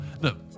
Look